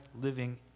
living